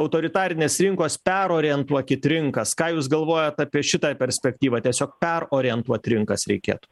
autoritarinės rinkos perorientuokit rinkas ką jūs galvojat apie šitą perspektyvą tiesiog perorientuot rinkas reikėtų